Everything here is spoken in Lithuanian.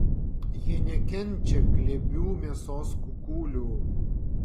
jie nekenčia glebių mėsos kukulių